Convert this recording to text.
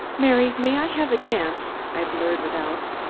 mary, may i have a dance? i blurted out.